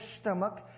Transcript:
stomach